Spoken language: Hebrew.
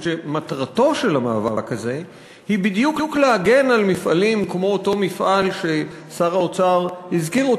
שמטרתו היא בדיוק להגן על מפעלים כמו אותו מפעל ששר האוצר הזכיר.